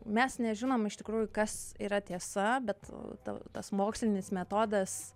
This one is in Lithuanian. mes nežinom iš tikrųjų kas yra tiesa bet tau tas mokslinis metodas